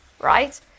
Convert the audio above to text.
right